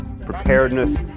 preparedness